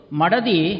Madadi